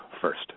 first